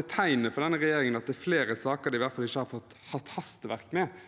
betegnende for denne regjeringen at det er flere saker de i hvert fall ikke har hatt hastverk med